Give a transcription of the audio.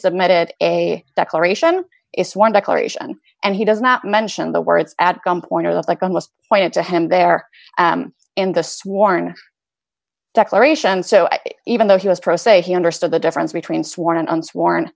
submitted a declaration is sworn declaration and he does not mention the words at gunpoint or those like i must point out to him there in the sworn declaration so even though he was pro se he understood the difference between sworn an unsworn